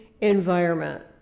environment